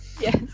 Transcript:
Yes